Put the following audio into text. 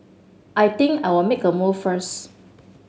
I think I'll make a move first